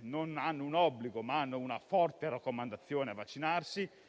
non hanno un obbligo, ma hanno una forte raccomandazione a vaccinarsi.